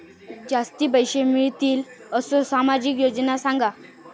जास्ती पैशे मिळतील असो सामाजिक योजना सांगा?